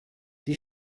die